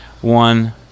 One